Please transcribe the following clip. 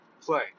play